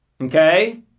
Okay